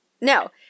no